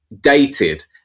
dated